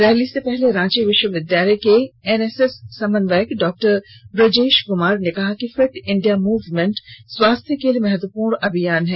rally से पहले रांची विश्वविद्यालय के एनएसएस समन्वयक डॉ ब्रजेश कुमार ने कहा कि फिट इंडिया मूवमेंट स्वास्थ्य के लिए महत्वपूर्ण अभियान है